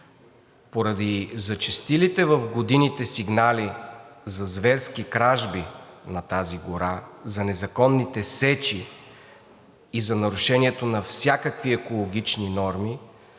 Поради зачестилите в годините сигнали за зверски кражби на тази гора, за незаконните сечи и за нарушението на всякакви екологични норми